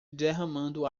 derramando